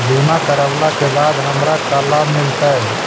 बीमा करवला के बाद हमरा का लाभ मिलतै?